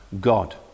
God